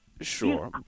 Sure